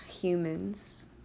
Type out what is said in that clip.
humans